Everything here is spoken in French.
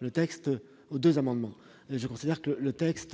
le texte